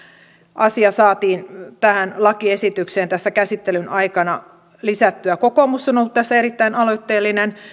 asia saatiin tähän lakiesitykseen tässä käsittelyn aikana lisättyä kokoomus on ollut tässä erittäin aloitteellinen